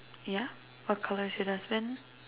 yeah what colour is your dustbin